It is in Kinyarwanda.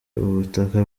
ubutaka